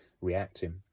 reacting